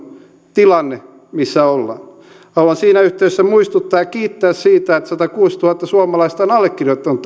tilanne missä ollaan haluan siinä yhteydessä muistuttaa ja kiittää siitä että satakuusituhatta suomalaista on allekirjoittanut